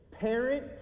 parent